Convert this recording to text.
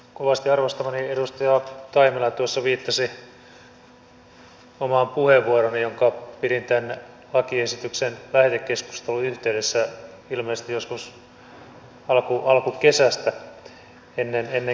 kovasti arvostamani edustaja taimela tuossa viittasi omaan puheenvuorooni jonka pidin tämän lakiesityksen lähetekeskustelun yhteydessä ilmeisesti joskus alkukesästä ennen kesätaukoa